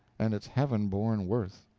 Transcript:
and its heaven-born worth.